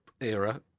era